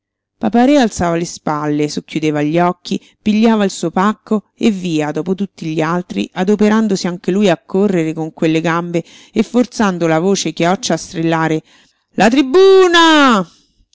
papa-re alzava le spalle socchiudeva gli occhi pigliava il suo pacco e via dopo tutti gli altri adoperandosi anche lui a correre con quelle gambe e forzando la voce chioccia a strillare la tribúuuna